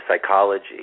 psychology